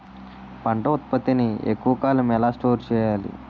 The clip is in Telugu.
పంట ఉత్పత్తి ని ఎక్కువ కాలం ఎలా స్టోర్ చేయాలి?